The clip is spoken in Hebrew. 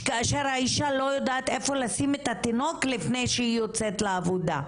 שכאשר האישה לא יודעת איפה לשים את התינוק לפני שהיא יוצאת לעבודה,